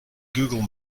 google